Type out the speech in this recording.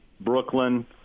Brooklyn